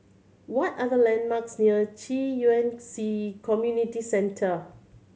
what are the landmarks near Ci Yuan C Community Center